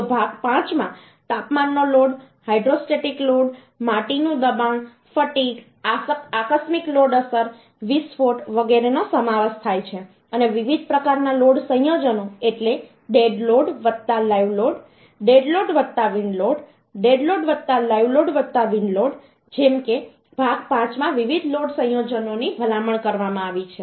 તો ભાગ 5માં તાપમાનનો લોડ હાઇડ્રોસ્ટેટિક લોડ માટીનું દબાણ ફટિગ આકસ્મિક લોડ અસર વિસ્ફોટ વગેરેનો સમાવેશ થાય છે અને વિવિધ પ્રકારના લોડ સંયોજનો એટલે dead load live load dead load wind load dead load live load wind load જેમ કે ભાગ 5 માં વિવિધ લોડ સંયોજનોની ભલામણ કરવામાં આવી છે